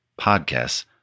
podcasts